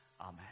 Amen